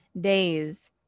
days